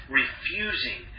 refusing